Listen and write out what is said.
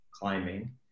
climbing